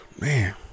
man